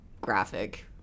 graphic